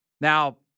Now